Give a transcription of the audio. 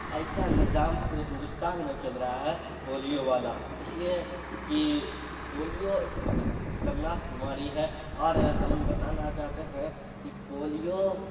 ایسا نظام پورے ہندوستان میں چل رہا ہے پولیو والا اس لیے کہ پولیو ایک بہت خطرناک بیماری ہے اور ہم بتانا چاہتے ہیں کہ پولیو